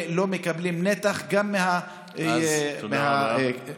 לא מקבלים נתח גם מהאחיות והרופאים?